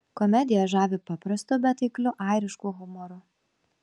komedija žavi paprastu bet taikliu airišku humoru